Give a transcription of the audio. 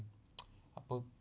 apa